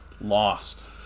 lost